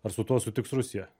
ar su tuo sutiks rusija